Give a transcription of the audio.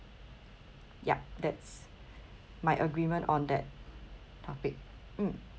yup that's my agreement on that topic mm